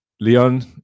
Leon